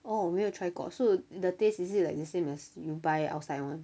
哦我没有 try 过 so the taste is it like the same as you buy outside [one]